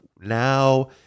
now